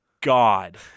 god